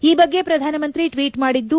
ಈ ಬಗ್ಗೆ ಪ್ರಧಾನಮಂತ್ರಿ ಟ್ವೀಟ್ ಮಾಡಿದ್ದು